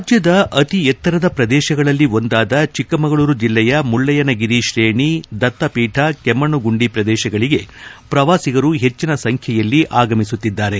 ರಾಜ್ಯದ ಅತಿ ಎತ್ತರದ ಪ್ರದೇಶಗಳಲ್ಲಿ ಒಂದಾದ ಚಿಕ್ಕಮಗಳೂರು ಜಿಲ್ಲೆಯ ಮುಳ್ಳಯ್ದನಗಿರಿ ಶ್ರೇಣಿ ದತ್ತಪೀತ ಕೆಮ್ಮಣ್ನು ಗುಂಡಿ ಪ್ರದೇಶಗಳಿಗೆ ಪ್ರವಾಸಿಗರು ಹೆಚ್ಚಿನ ಸಂಖ್ಯೆಯಲ್ಲಿ ಆಗಮಿಸುತ್ತಿದ್ದಾರೆ